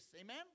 Amen